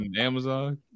Amazon